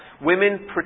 Women